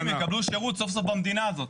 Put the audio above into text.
ובעלי עסקים יקבלו שירות סוף סוף במדינה הזאת.